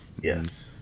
yes